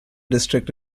district